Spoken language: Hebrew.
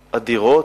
אדירות.